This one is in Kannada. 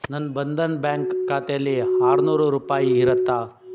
ನನ್ನ ಬಂಧನ್ ಬ್ಯಾಂಕ್ ಖಾತೇಲಿ ಆರ್ನೂರು ರೂಪಾಯಿ ಇರುತ್ತಾ